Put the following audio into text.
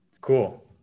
cool